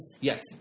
Yes